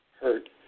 Hurt